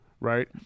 Right